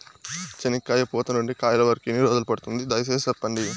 చెనక్కాయ పూత నుండి కాయల వరకు ఎన్ని రోజులు పడుతుంది? దయ సేసి చెప్పండి?